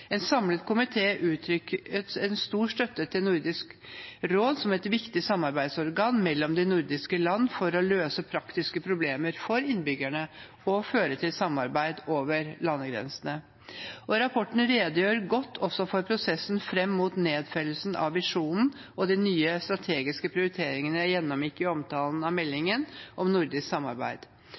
En samlet komité uttrykker en stor støtte til Nordisk råd som et viktig samarbeidsorgan mellom de nordiske land for å løse praktiske problemer for innbyggerne og føre til samarbeid over landegrensene. Rapporten redegjør godt også for prosessen fram mot nedfellingen av visjonen og de nye strategiske prioriteringene jeg gjennomgikk i omtalen av meldingen om nordisk samarbeid.